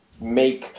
make –